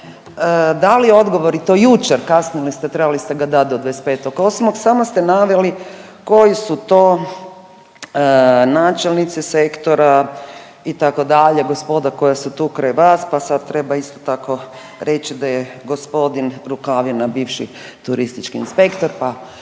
dali odgovor i to jučer, kasnili ste, trebali ste ga dat do 25.8., samo ste naveli koji su to načelnici sektora itd., gospoda koja su tu kraj vas, pa sad treba isto tako reći da je g. Rukavina bivši turistički inspektor, pa